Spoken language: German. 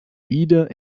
wieder